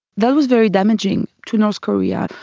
that was very damaging to north korea.